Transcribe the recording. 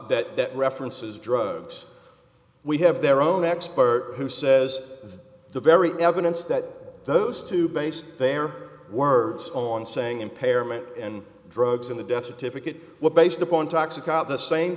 coroner that references drugs we have their own expert who says the very evidence that those two based their words on saying impairment and drugs in the death certificate were based upon toxic on the same